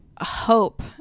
hope